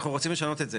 אנחנו רוצים לשנות את זה,